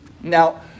Now